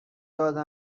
داده